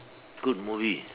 good movie